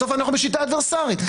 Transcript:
בסוף אנחנו בשיטה אדברסרית.